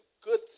good